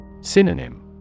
Synonym